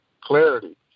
clarity